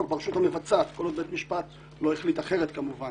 ברשות המבצעת כל עוד בית משפט לא החליט אחרת כמובן